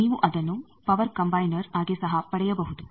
ನೀವು ಅದನ್ನು power combiner ಆಗಿ ಸಹ ಪಡೆಯಬಹುದು